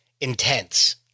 intense